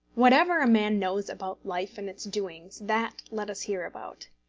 whatever a man knows about life and its doings, that let us hear about.